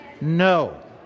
No